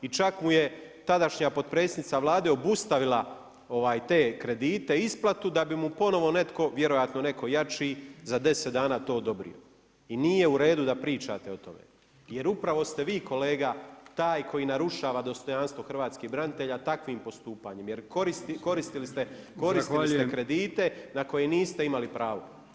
I čak mu je tadašnja potpredsjednica Vlade obustavila te kredite, isplatu da bi mu ponovno neko, vjerojatno neko jači za deset dana to odobrio i nije uredu da pričate o tome jer upravo ste vi kolega taj koji narušava dostojanstvo hrvatskih branitelja takvim postupanjem jer koristile ste kredite na koje niste imali pravo.